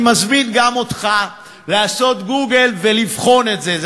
אני מזמין גם אותך לעשות גוגל ולבחון את זה.